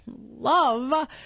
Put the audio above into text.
love